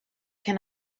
can